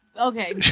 Okay